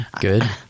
Good